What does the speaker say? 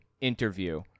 interview